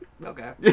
Okay